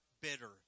bitter